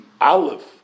Aleph